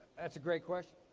that's a great question.